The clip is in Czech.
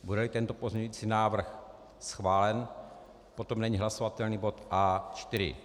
Budeli tento pozměňovací návrh schválen, potom není hlasovatelný bod A4.